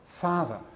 Father